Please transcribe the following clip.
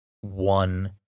one